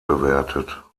bewertet